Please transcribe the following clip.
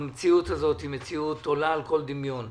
המציאות הזאת עולה על כל דמיון.